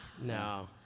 No